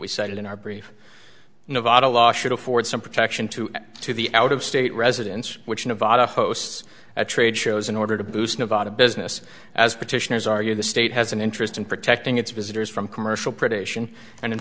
we cited in our brief nevada law should afford some protection to to the out of state residents which nevada hosts at trade shows in order to boost nevada business as petitioners argue the state has an interest in protecting its visitors from commercial